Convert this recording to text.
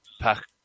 pack